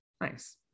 Nice